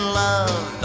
love